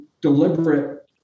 deliberate